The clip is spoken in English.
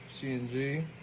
CNG